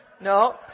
no